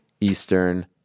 Eastern